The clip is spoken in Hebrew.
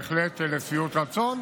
הם בהחלט לשביעות רצון.